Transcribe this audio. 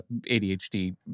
ADHD